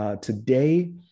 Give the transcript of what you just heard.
today